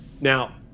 Now